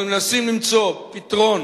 אנחנו מנסים למצוא פתרון